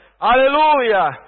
Hallelujah